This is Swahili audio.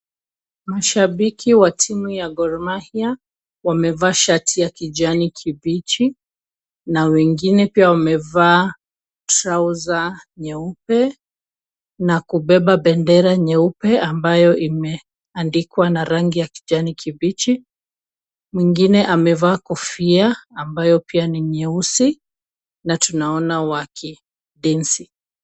Mashabiki wa timu ya Gor mahia wamevaa shati ya kijani kibichi na wengine pia wamevaa trouser nyeupe na kubeba bendera nyeupe ambayo imeandikwa na rangi ya kijani kibichi. Mwingine amevaa kofia ambayo pia ni nyeusi na tunaona [cswakidensi .